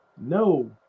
No